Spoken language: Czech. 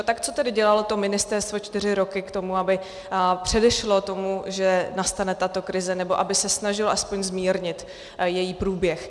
Tak co tedy dělalo to ministerstvo čtyři roky, aby předešlo tomu, že nastane tato krize, nebo aby se snažilo aspoň zmírnit její průběh?